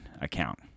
account